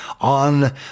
on